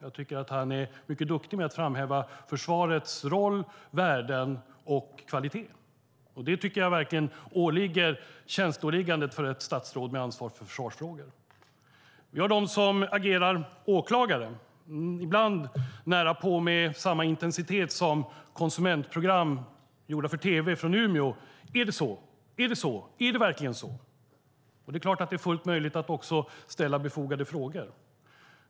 Jag tycker att han är mycket duktig på att framhäva försvarets roll, värden och kvalitet. Det tycker jag verkligen ligger i tjänsteåliggandet för ett statsråd med ansvar för försvarsfrågor. Det finns de som agerar åklagare, ibland närapå med samma intensitet som programledaren i konsumentprogram gjorda för tv från Umeå. Är det så? Är det så? Är det verkligen så? brukar han säga. Det är klart att det är fullt möjligt att ställa befogade frågor.